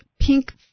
Pink